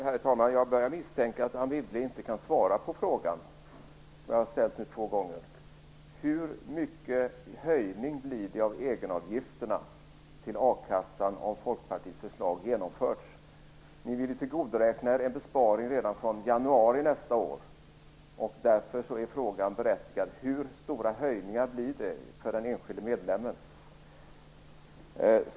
Herr talman! Jag börjar misstänka att Anne Wibble inte kan svara på frågan som jag har ställt två gånger nu. Hur stor blir höjningen av egenavgifterna till a-kassan om Folkpartiets förslag genomförs? Folkpartiet vill tillgodoräkna sig en besparing redan från januari nästa år, och frågan är därför berättigad. Hur stora höjningar blir det för den enskilde medlemmen?